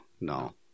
no